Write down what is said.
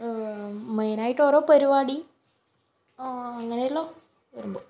main ആയിട്ട് ഓരോ പരിപാടി അങ്ങനെയുള്ള വരുമ്പോൾ